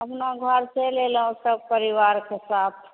गाँव घर चैलि एलहुॅं सब परिवारके साथ